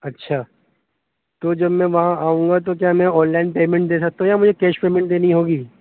اچھا تو جب میں وہاں آؤں گا تو کیا میں آن لائن پیمنٹ دے سکتا ہوں یا مجھے کیش پیمنٹ دینی ہوگی